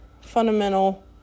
fundamental